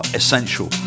essential